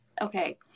Okay